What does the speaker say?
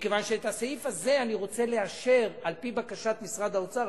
מכיוון שאת הסעיף הזה אני רוצה לאשר על-פי בקשת משרד האוצר,